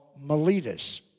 Miletus